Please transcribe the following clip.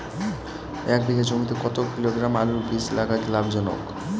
এক বিঘা জমিতে কতো কিলোগ্রাম আলুর বীজ লাগা লাভজনক?